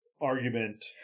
argument